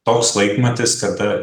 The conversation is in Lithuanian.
toks laikmatis kad